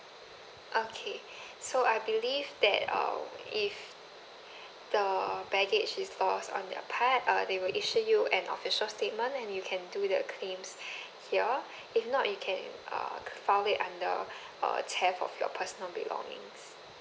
okay so I believe that um if the baggage is lost on their part uh they will issue you an official statement and you can do the claims here if not you can uh file it under uh theft of your personal belongings